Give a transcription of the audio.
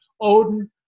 odin